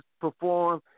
perform